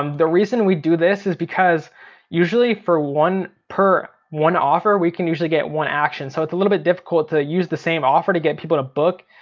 um the reason we do this is because usually for one per, one offer we can usually get one action. so it's a little bit difficult to use the same offer to get people to book.